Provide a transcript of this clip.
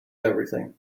everything